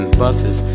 buses